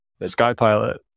Skypilot